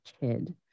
kid